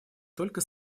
только